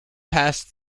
passed